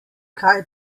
kaj